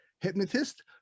hypnotist